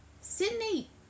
Sydney